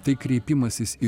tai kreipimasis į